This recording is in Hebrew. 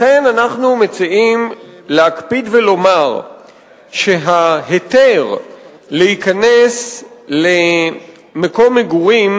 לכן אנחנו מציעים להקפיד ולומר שההיתר להיכנס למקום מגורים